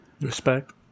Respect